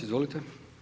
Izvolite.